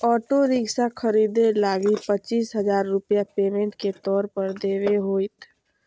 auto rickshaw खरीदे लगी पचीस हजार रूपया पेमेंट के तौर पर देवे होतय